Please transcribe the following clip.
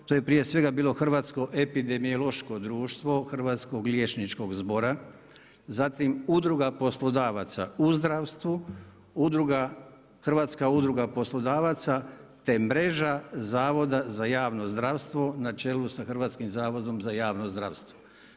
To je prije svega bilo Hrvatsko epidemiološko društvo Hrvatskog liječničkog zbora, zatim, Udruga poslodavaca u zdravstvu, udruga, Hrvatska udruga poslodavaca, te mreža Zavoda za javno zdravstvo na čelu sa Hrvatskim zavodom za zdravstvo.